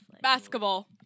Basketball